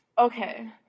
Okay